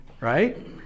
right